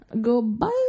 Goodbye